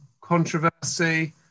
controversy